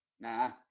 nah